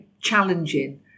challenging